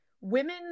Women